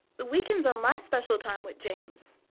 the weekends are my special time with james,